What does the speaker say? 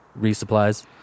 resupplies